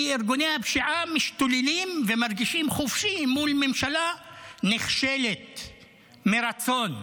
כי ארגוני הפשיעה משתוללים ומרגישים חופשי מול ממשלה נכשלת מרצון.